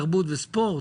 תרבות וספורט?